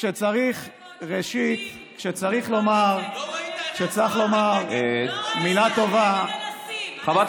כשצריך לומר מילה טובה --- וואי,